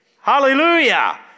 Hallelujah